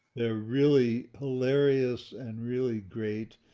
they're really hilarious and really great.